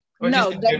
No